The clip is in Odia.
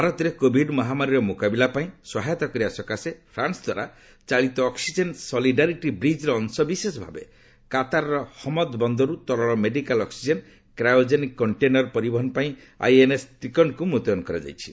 ଭାରତରେ କୋଭିଡ୍ ମହାମାରୀର ମୁକାବିଲା ପାଇଁ ସହାୟତା କରିବା ସକାଶେ ଫ୍ରାନ୍ସଦ୍ୱାରା ଚାଳିତ 'ଅକ୍ଟିଜେନ ସଲିଡାରିଟି ବ୍ରିକ୍'ର ଅଂଶବିଶେଷ ଭାବେ କାତାରର ହମଦ୍ ବନ୍ଦରରୁ ତରଳ ମେଡିକାଲ୍ ଅକ୍ୱିଜେନ୍ କ୍ରାୟୋଜେନିକ କଣ୍ଟେନର୍ ପରିବହନ ପାଇଁ ଆଇଏନ୍ଏସ୍ ତ୍ରିକଣ୍ଡକୁ ମୁତୟନ କରାଯାଇଛି